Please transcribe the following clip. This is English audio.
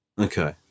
okay